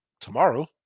tomorrow